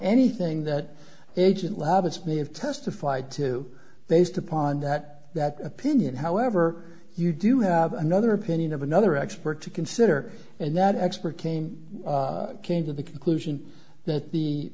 anything that agent loudest may have testified to based upon that that opinion however you do have another opinion of another expert to consider and that expert came came to the conclusion that the